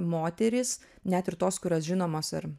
moterys net ir tos kurios žinomos ar